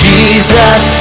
Jesus